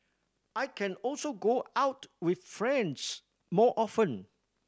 I can also go out with friends more often